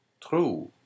True